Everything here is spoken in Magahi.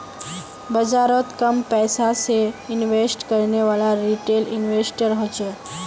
बाजारोत कम पैसा से इन्वेस्ट करनेवाला रिटेल इन्वेस्टर होछे